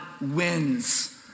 Wins